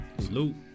Salute